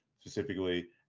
specifically